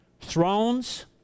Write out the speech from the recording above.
thrones